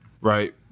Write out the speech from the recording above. right